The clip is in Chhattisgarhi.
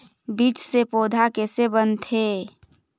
बीज से पौधा कैसे बनथे?